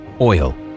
oil